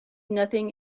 nothing